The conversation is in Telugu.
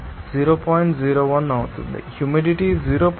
01 అవుతుంది హ్యూమిడిటీ 0